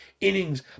innings